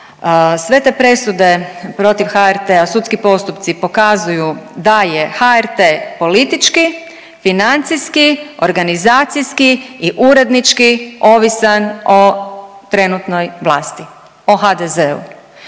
Sve te presude protiv HRT-a, sudski postupci pokazuju da je HRT politički, financijski, organizacijski i urednički ovisan o trenutnoj vlasti o HDZ-u.